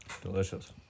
Delicious